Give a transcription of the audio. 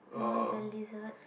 no ah the lizards